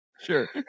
Sure